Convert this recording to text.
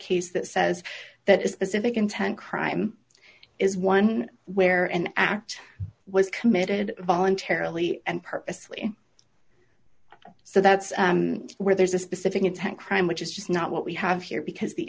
case that says that is specific intent crime is one where an act was committed voluntarily and purposely so that's where there's a specific intent crime which is just not what we have here because the